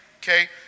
okay